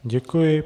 Děkuji.